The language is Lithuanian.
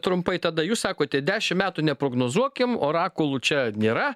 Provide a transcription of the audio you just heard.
trumpai tada jūs sakote dešimt metų neprognozuokim orakulų čia nėra